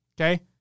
Okay